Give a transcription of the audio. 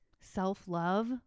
self-love